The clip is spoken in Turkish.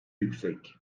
yüksek